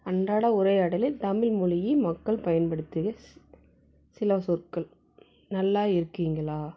அன்றாட உரையாடலில் தமிழ் மொழியில் மக்கள் பயன்படுத்துகிற சில சொற்கள் நல்லா இருக்கீங்களா